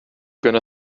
gonna